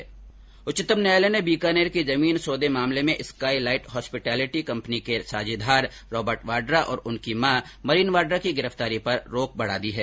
राजस्थान उच्च न्यायालय ने बीकानेर की जमीन सौदे मामले में स्काई लाईट होस्पिटलिटी कम्पनी के साझेदार रोबर्ट वाड्रा और उनकी मां मरीन वाड्रा की गिरफ्तारी पर रोक बढा दी है